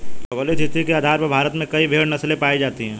भौगोलिक स्थिति के आधार पर भारत में कई भेड़ नस्लें पाई जाती हैं